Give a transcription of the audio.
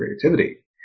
creativity